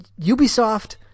Ubisoft